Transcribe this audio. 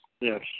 Yes